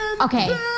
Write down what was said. Okay